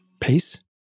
peace